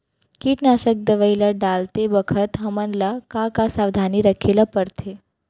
कीटनाशक दवई ल डालते बखत हमन ल का का सावधानी रखें ल पड़थे?